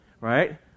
Right